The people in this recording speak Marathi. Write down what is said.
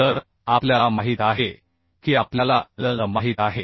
तर आपल्याला माहित आहे की आपल्याला l माहित आहे